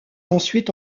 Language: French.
ensuite